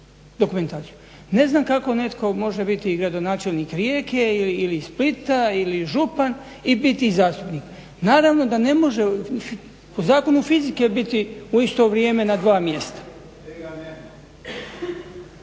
dokumentaciju. Ne znam kako netko može biti gradonačelnik Rijeke ili Splita ili župan i biti i zastupnik. Naravno da ne može u Zakonu fizike biti u isto vrijeme na dva mjesta.